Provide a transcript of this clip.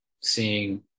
seeing